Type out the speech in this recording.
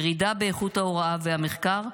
ירידה באיכות ההוראה והמחקר,